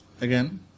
Again